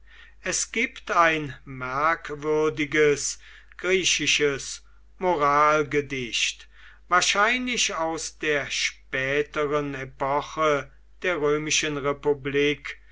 es gibt ein merkwürdiges griechisches moralgedicht wahrscheinlich aus der späteren epoche der römischen republik